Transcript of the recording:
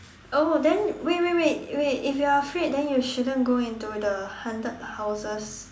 oh then wait wait wait wait if you're afraid then you shouldn't go into the haunted houses